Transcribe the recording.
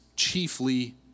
chiefly